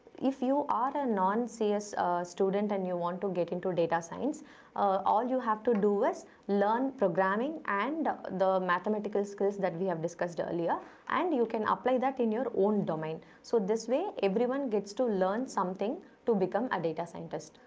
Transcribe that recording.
if you are a non-cs student and you want to get into data science all and you have to do is learn programming and the mathematical skills that we have discussed earlier and you can apply that in your own domain. so this way everyone gets to learn something to become a data scientist.